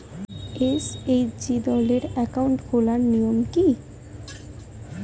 SHG দলের account খোলার নিয়ম কী?